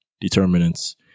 determinants